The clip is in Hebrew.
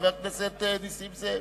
חבר הכנסת נסים זאב.